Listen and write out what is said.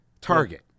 target